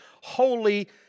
holy